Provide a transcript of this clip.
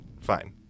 Fine